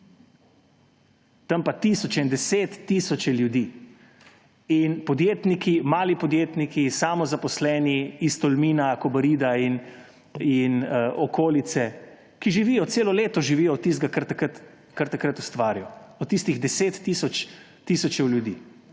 Tam pa tisoče in deset tisoče ljudi: in podjetniki, mali podjetniki, samozaposleni iz Tolmina, Kobarida in okolice, ki celo leto živijo od tistega, kar takrat ustvarijo, od tistih 10 tisoč ljudi,